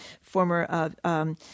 former